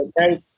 okay